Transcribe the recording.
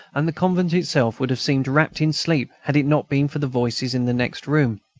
and the convent itself would have seemed wrapped in sleep had it not been for the voices in the next room.